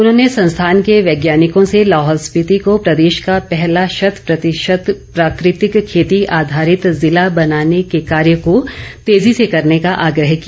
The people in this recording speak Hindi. उन्होंने संस्थान के वैज्ञानिकों से लाहौल स्पीति को प्रदेश का पहला शत प्रतिशत प्राकृतिक खेती आधारित जिला बनाने के कार्य को तेजी से करने का आग्रह किया